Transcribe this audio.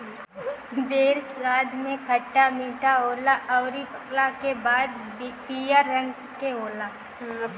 बेर स्वाद में खट्टा मीठा होला अउरी पकला के बाद पियर रंग के होला